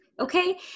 Okay